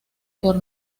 por